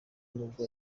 nubwo